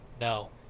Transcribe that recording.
No